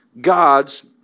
God's